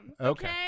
okay